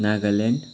Nagaland